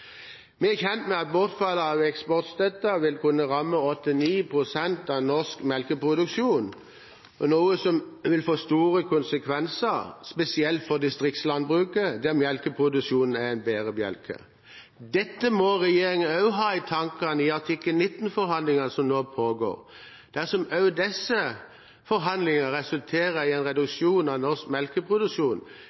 Vi er kjent med at bortfall av eksportstøtten vil kunne ramme 8–9 pst. av norsk melkeproduksjon, noe som vil få store konsekvenser spesielt for distriktslandbruket, der melkeproduksjon er en bærebjelke. Dette må regjeringen også ha i tankene i artikkel 19-forhandlingene som nå pågår. Dersom også disse forhandlingene resulterer i en reduksjon av norsk melkeproduksjon,